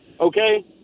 okay